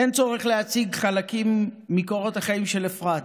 אין צורך להציג חלקים מקורות החיים של אפרת,